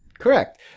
Correct